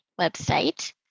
website